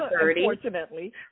unfortunately